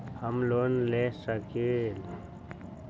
हम लोन ले सकील?